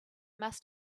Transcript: must